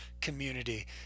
community